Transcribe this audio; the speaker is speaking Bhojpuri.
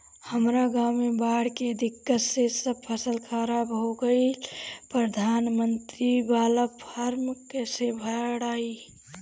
हमरा गांव मे बॉढ़ के दिक्कत से सब फसल खराब हो गईल प्रधानमंत्री किसान बाला फर्म कैसे भड़ाई?